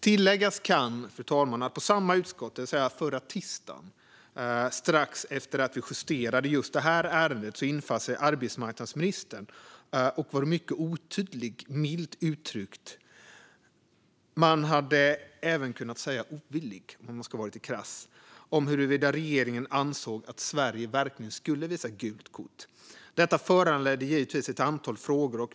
Tilläggas kan, fru talman, att på samma utskottsmöte, det vill säga förra tisdagen, strax efter att vi justerade just det här ärendet, infann sig arbetsmarknadsministern. Hon var mycket otydlig, milt uttryckt. Man hade även kunnat säga att hon var ovillig, om man ska vara lite krass, att klargöra huruvida regeringen ansåg att Sverige verkligen skulle visa gult kort. Detta föranledde givetvis ett antal frågor.